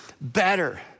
better